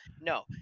No